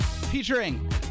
Featuring